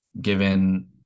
given –